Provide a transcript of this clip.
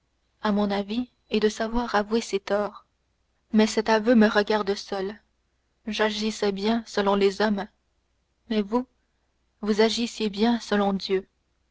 à mon avis est de savoir avouer ses torts mais cet aveu me regarde seul j'agissais bien selon les hommes mais vous vous agissiez bien selon dieu